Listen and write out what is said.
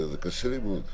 זה קשה לי מאוד.